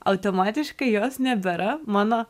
automatiškai jos nebėra mano